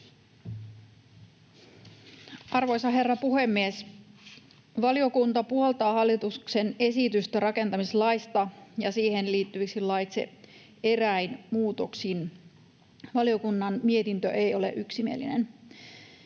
Arvoisa herra puhemies! Valiokunta puoltaa hallituksen esitystä rakentamislaista ja siihen liittyviksi laeiksi eräin muutoksin. Valiokunnan mietintö ei ole yksimielinen.